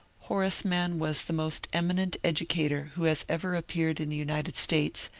horace mann was the most eminent educator who has ever appeared in the united states,